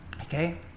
okay